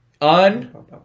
Un-